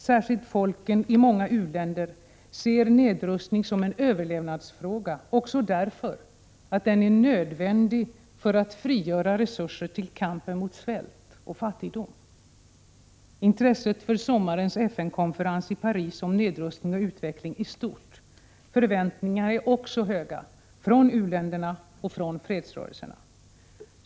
Särskilt folken i många u-länder ser nedrustning som en överlevnadsfråga också därför att den är nödvändig för att frigöra resurser till kampen mot svält och fattigdom. Intresset för sommarens FN-konferens i Paris om nedrustning och utveckling är stort. Förväntningarna är också höga — från u-länderna och från fredsrörelserna.